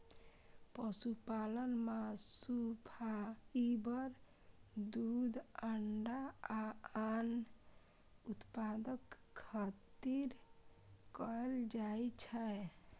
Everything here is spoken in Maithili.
पशुपालन मासु, फाइबर, दूध, अंडा आ आन उत्पादक खातिर कैल जाइ छै